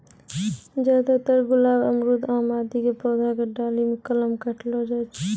ज्यादातर गुलाब, अमरूद, आम आदि के पौधा के डाली मॅ कलम काटलो जाय छै